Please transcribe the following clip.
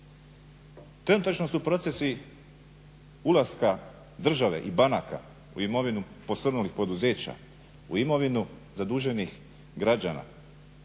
Trenutačno su procesi ulaska države i banaka u imovinu posrnulih poduzeća, u imovinu zaduženih građana